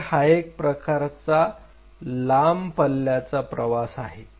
तर हा एक प्रकारचा लांब पल्ल्याचा प्रवास आहे